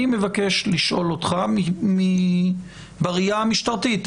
אני מבקש לשאול אותך בראייה משטרתית,